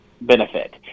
benefit